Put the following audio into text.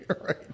right